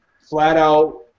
flat-out